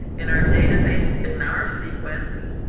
in our database in our sequence,